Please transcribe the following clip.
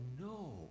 no